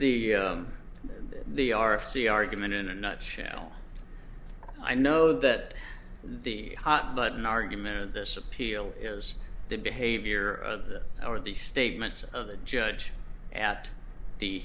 the the r f c argument in a nutshell i know that the hot button argument this appeal is the behavior of this or the statements of the judge at the